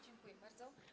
Dziękuję bardzo.